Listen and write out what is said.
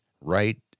right